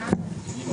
של